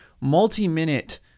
multi-minute